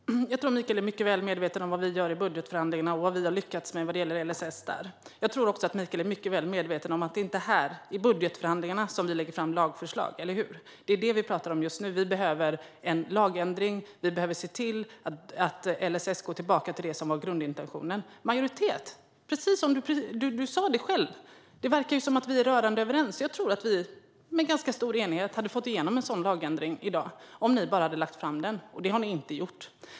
Fru talman! Jag tror att Mikael Dahlqvist är mycket väl medveten om vad vi gör i budgetförhandlingarna och vad vi där har lyckats med vad gäller LSS. Jag tror också att Mikael är mycket väl medveten om att det inte är i budgetförhandlingarna man lägger fram lagförslag - eller hur? Det är det vi talar om just nu. Vi behöver en lagändring, och vi behöver se till att LSS går tillbaka till grundintentionen. Precis som du själv sa, Mikael, verkar vi ju vara rörande överens. Jag tror att vi med ganska stor enighet hade fått igenom en sådan lagändring i dag om ni bara hade lagt fram det förslaget. Det har ni inte gjort.